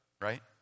right